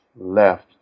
left